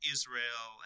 Israel